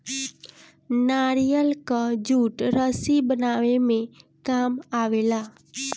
नारियल कअ जूट रस्सी बनावे में काम आवेला